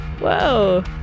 Whoa